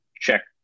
check